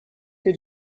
que